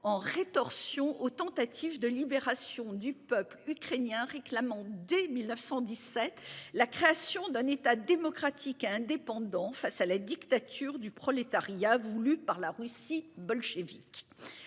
en rétorsion aux tentatives de libération du peuple ukrainien réclamant dès 1917 la création d'un état démocratique indépendant face à la dictature du prolétariat voulue par la Russie bolchévique.